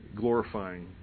glorifying